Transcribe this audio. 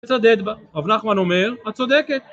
מצדד בה, אז נחמן אומר, את צודקת